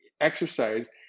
exercise